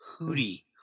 Hootie